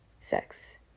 sex